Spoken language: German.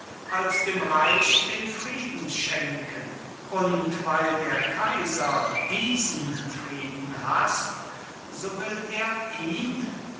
als dem reich den frieden schenken und weil der kaiser diesen frieden haßt so will er ihn